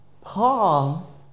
Paul